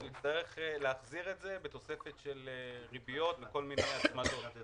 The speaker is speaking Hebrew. אז הוא יצטרך להחזיר את זה בתוספת של ריביות וכל מיני הצמדות.